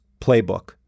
playbook